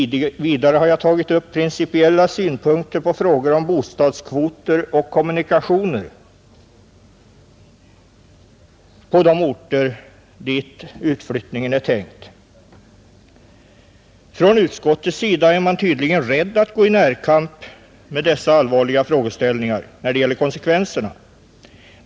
Vidare har jag tagit upp principiella synpunkter på frågor om bostadskvoter och kommunikationer på de orter dit utflyttningen är tänkt. Från utskottets sida är man tydligen rädd för att gå i närkamp med dessa allvarliga frågeställningar när det gäller konsekvenserna.